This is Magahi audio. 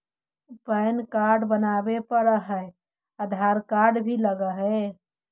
पैन कार्ड बनावे पडय है आधार कार्ड भी लगहै?